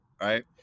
right